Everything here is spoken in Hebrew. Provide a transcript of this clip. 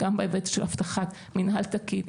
אלא גם בהיבט של הבטחת מינהל תקין,